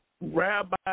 rabbi